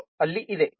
0 ಅಲ್ಲಿ ಇದೆ